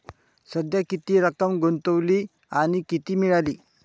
सध्या किती रक्कम गुंतवली आणि किती मिळाली